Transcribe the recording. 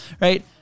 right